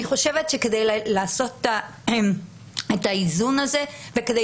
אני חושבת שכדי לעשות את האיזון הזה וכדי